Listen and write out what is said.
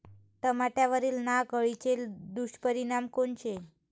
टमाट्यावरील नाग अळीचे दुष्परिणाम कोनचे?